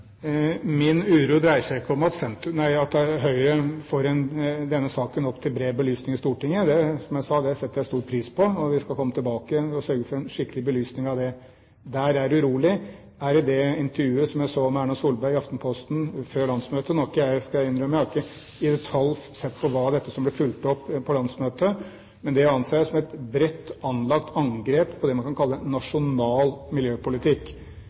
Min uro dreier seg ikke om at Høyre får denne saken opp til bred belysning i Stortinget. Som jeg sa: Det setter jeg stor pris på. Vi skal komme tilbake og sørge for en skikkelig belysning av det. Det jeg er urolig over, er det intervjuet jeg så med Erna Solberg i Aftenposten før landsmøtet. Nå skal jeg innrømme at jeg har ikke i detalj sett på hvordan dette ble fulgt opp på landsmøtet, men jeg anser det som et bredt anlagt angrep på det man kan kalle nasjonal miljøpolitikk,